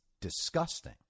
disgusting